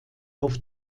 auf